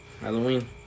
Halloween